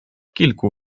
kilku